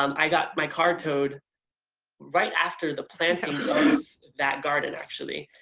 um i got my car towed right after the planting of that garden actually,